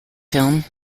film